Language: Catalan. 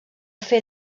fer